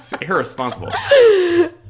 irresponsible